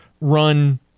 run